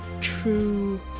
true